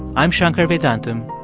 i'm shankar vedantam.